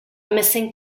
missing